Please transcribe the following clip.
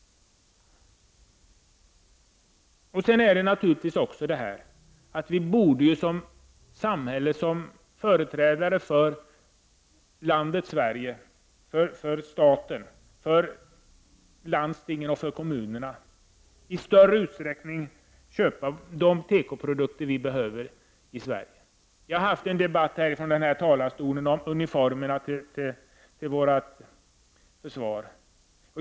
Naturligtvis borde vi också som företrädare för landet Sverige, för staten, för landstingen och kommunerna i större utsträckning köpa de tekoprodukter vi behöver i Sverige. Vi har haft en debatt om uniformerna till vårt försvar.